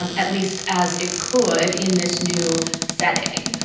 um at least as it could in this new setting.